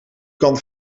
kan